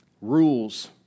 rules